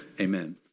amen